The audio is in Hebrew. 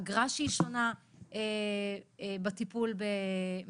אגרה שהיא שונה בטיפול במבוטחים